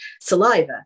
saliva